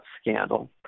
scandal